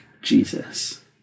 Jesus